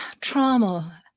trauma